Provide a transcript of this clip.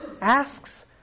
asks